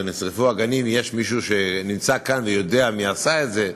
נשרפו הגנים יש מישהו שנמצא כאן ויודע מי עשה את זה.